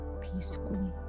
peacefully